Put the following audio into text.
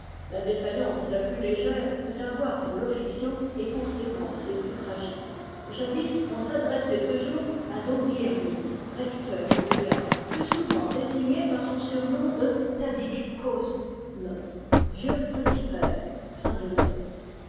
la défaillance la plus légère peut avoir pour l'officiant les conséquences les plus tragi ques jadis on s'adressait toujours à dom guillermic rec teur de bégard plus souvent désigné par son surnom de